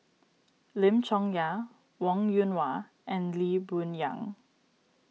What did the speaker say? Lim Chong Yah Wong Yoon Wah and Lee Boon Yang